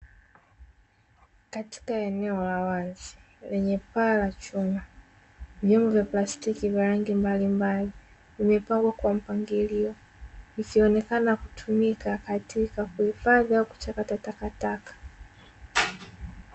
Katika eneo la wazi lenye paa la chuma, vyombo vya plastiki vya rangi mbalimbali vimepangwa kwa mpangilio vikionekana kutumika katika kuhifadhi au kuchakata takataka.